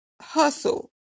hustle